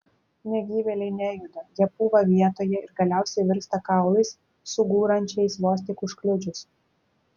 negyvėliai nejuda jie pūva vietoje ir galiausiai virsta kaulais sugūrančiais vos tik užkliudžius